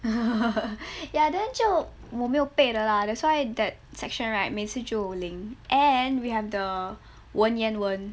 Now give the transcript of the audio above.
ya then 就我没有背的 lah that's why that section right 每次就零 and we have the 文言文